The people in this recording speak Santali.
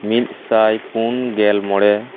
ᱢᱤᱫᱥᱟᱭ ᱯᱩᱱᱜᱮᱞ ᱢᱚᱬᱮ